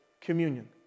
communion